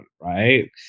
right